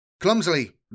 Clumsily